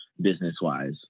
business-wise